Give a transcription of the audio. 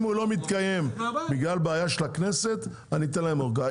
אם הוא לא מתקיים בגלל בעיה של הכנסת אני אתן להם אורכה,